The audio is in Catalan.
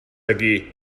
aquí